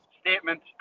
statement